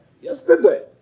yesterday